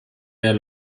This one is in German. der